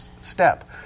step